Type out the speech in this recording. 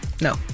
No